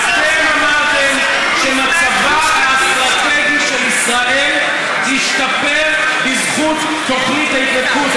אתם אמרתם שמצבה האסטרטגי של ישראל ישתפר בזכות תוכנית ההתנתקות,